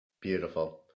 Beautiful